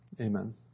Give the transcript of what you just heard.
Amen